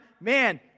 man